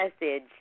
message